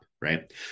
Right